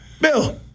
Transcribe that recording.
Bill